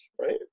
right